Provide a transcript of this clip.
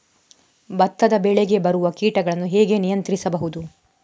ಭತ್ತದ ಬೆಳೆಗೆ ಬರುವ ಕೀಟಗಳನ್ನು ಹೇಗೆ ನಿಯಂತ್ರಿಸಬಹುದು?